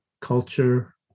culture